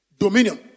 Dominion